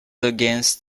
against